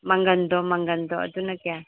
ꯃꯪꯒꯟꯗꯣ ꯃꯪꯒꯟꯗꯣ ꯑꯗꯨꯅ ꯀꯌꯥ